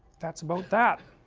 that's about that